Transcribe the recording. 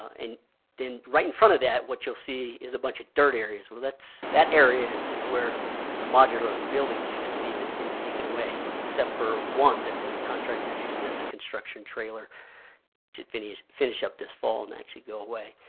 and then right in front of that what you'll see is a bunch of dirt areas. well, that area is where the modular buildings used to be that have been taken away, except for one that the contractor is using as a construction trailer to finish finish up this fall and actually go away.